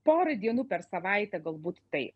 porai dienų per savaitę galbūt taip